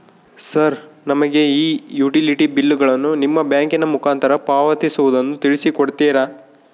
Sir ನಮಗೆ ಈ utility ಬಿಲ್ಲುಗಳನ್ನು ನಿಮ್ಮ ಬ್ಯಾಂಕಿನ ಮುಖಾಂತರ ಪಾವತಿಸುವುದನ್ನು ತಿಳಿಸಿ ಕೊಡ್ತೇರಾ?